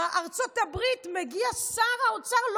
לארצות הברית מגיע שר האוצר,